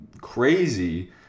crazy